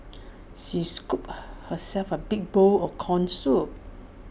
she scooped herself A big bowl of Corn Soup